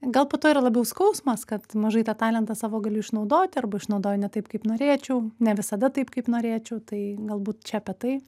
gal po tuo yra labiau skausmas kad mažai tą talentą savo galiu išnaudoti arba išnaudoju ne taip kaip norėčiau ne visada taip kaip norėčiau tai galbūt čia apie tai